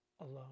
alone